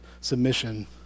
submission